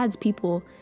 people